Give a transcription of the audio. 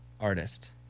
artist